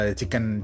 chicken